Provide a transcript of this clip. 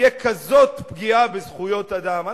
תהיה פגיעה כזאת בזכויות אדם,